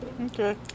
Okay